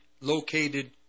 located